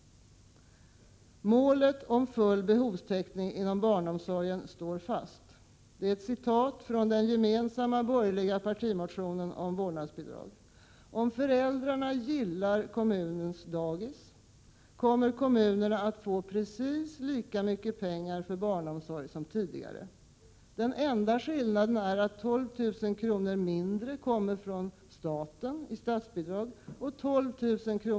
”Målet om full behovstäckning inom barnomsorgen står fast.” Så står det i den gemensamma borgerliga partimotionen om vårdnadsbidrag. Om föräldrarna gillar kommunens dagis kommer kommunerna att få precis lika mycket pengar för barnomsorg som tidigare. Den enda skillnaden är att 12 000 kr. mindre per plats kommer i statsbidrag och 12 000 kr.